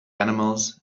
animals